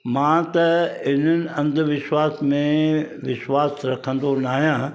मां त इन्हनि अंधविश्वास में विश्वास रखंदो न आहियां